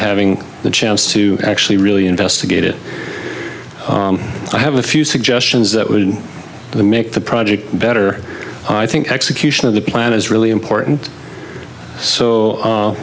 having the chance to actually really investigate it i have a few suggestions that would make the project better i think execution of the plan is really important so